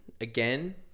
again